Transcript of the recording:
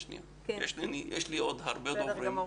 יש לי עוד הרבה דוברים.